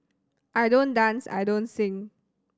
I don't dance I don't sing